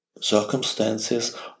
circumstances